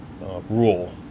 rule